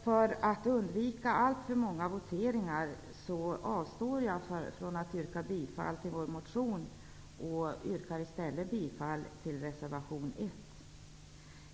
För att undvika alltför många voteringar avstår jag från att yrka bifall till vår motion. Jag yrkar i stället bifall till reservation 1. Herr talman!